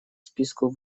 списку